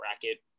bracket